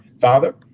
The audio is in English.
Father